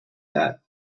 that